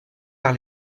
par